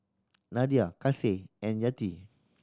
Nadia Kasih and Yati